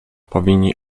powinni